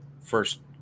first